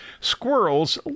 Squirrels